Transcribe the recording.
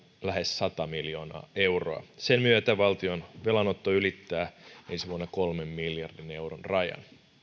lähes sata miljoonaa euroa sen myötä valtion velanotto ylittää ensi vuonna kolmen miljardin euron rajan